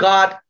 God